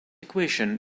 equation